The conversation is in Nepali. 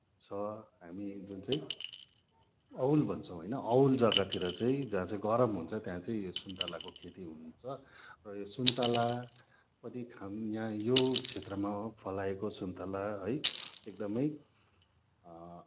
छ हामीले जुन चाहिँ औल भन्छौ होइन औल जग्गाहरू तिर चाहिँ जहाँ चाहिँ गरम हुन्छ त्यहाँ चाहिँ यो सुन्तलाको खेती हुन्छ र यो सुन्तला कति ठाउँमा यो क्षेत्रमा फलाएको सुन्तला है एकदमै